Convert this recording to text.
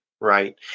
Right